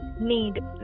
need